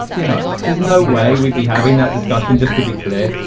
you know, there's no way we'd be having that discussion, just to be clear.